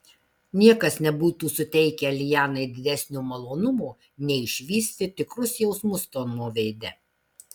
niekas nebūtų suteikę lianai didesnio malonumo nei išvysti tikrus jausmus tomo veide